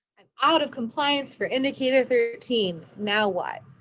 i'm out of compliance for indicator thirteen. now what?